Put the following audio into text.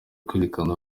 kwerekana